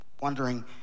Wondering